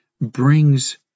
brings